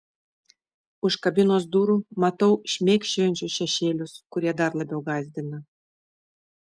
už kabinos durų matau šmėkščiojančius šešėlius kurie dar labiau gąsdina